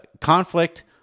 conflict